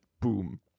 boom